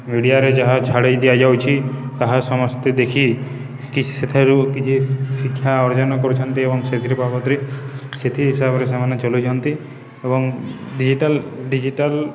ମିଡ଼ିଆରେ ଯାହା ଛଡ଼ାଇ ଦିଆଯାଉଛି ତାହା ସମସ୍ତେ ଦେଖିକି ସେଠାରୁ କିଛି ଶିକ୍ଷା ଅର୍ଜନ କରୁଛନ୍ତି ଏବଂ ସେଥିରୁ ବାବଦରେ ସେଥି ହିସାବରେ ସେମାନେ ଚଲାଇଛନ୍ତି ଏବଂ ଡିଜିଟାଲ ଡିଜିଟାଲ